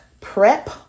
prep